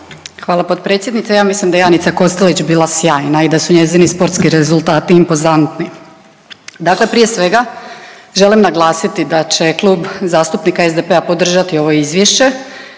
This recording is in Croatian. Hvala potpredsjednice. Ja mislim da je Janica Kostelić bila sjajna i da su njezini sportski rezultati impozantni. Dakle prije svega želim naglasiti da će Klub zastupnika SDP-a podržati ovo izvješće,